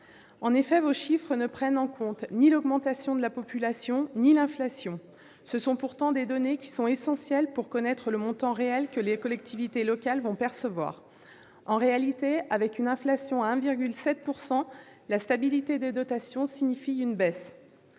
ministre, vos chiffres ne prennent en compte ni l'augmentation de la population ni l'inflation : ce sont pourtant des données qui sont essentielles pour connaître le montant réel que les collectivités territoriales vont percevoir. En réalité, avec une inflation à 1,7 %, ce que vous appelez stabilité des dotations signifiera une baisse